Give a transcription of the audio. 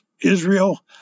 Israel